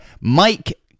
Mike